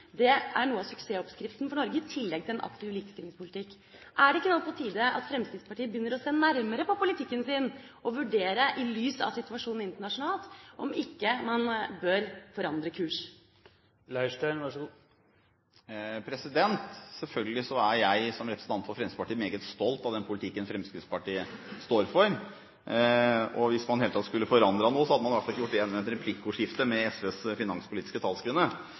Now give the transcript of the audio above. er noe av suksessoppskriften for Norge, i tillegg til en aktiv likestillingspolitikk. Er det ikke nå på tide at Fremskrittspartiet begynner å se nærmere på politikken sin, og vurdere i lys av situasjonen internasjonalt om man ikke bør forandre kurs? Selvfølgelig er jeg som representant for Fremskrittspartiet meget stolt av den politikken Fremskrittspartiet står for. Hvis man i det hele tatt skulle forandret noe, hadde man i hvert fall ikke gjort det i et replikkordskifte med SVs finanspolitiske